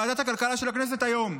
ועדת הכלכלה של הכנסת היום.